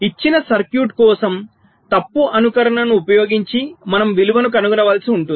ఇచ్చిన సర్క్యూట్ కోసంతప్పు అనుకరణను ఉపయోగించి మనం విలువను కనుగొనవలసి ఉంటుంది